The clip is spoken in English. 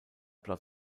blood